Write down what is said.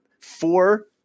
four